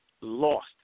lost